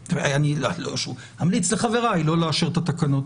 אני אמליץ לחבריי לא לאשר את התקנות.